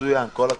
מצוין, כל הכבוד.